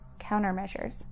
countermeasures